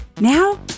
now